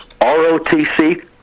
ROTC